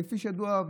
כפי שידוע,